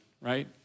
Right